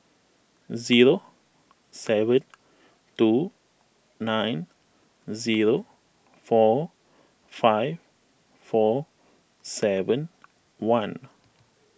zero seven two nine zero four five four seven one